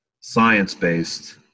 science-based